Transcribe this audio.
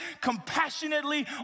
compassionately